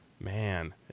Man